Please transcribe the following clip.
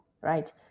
right